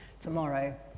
Tomorrow